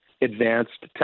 advanced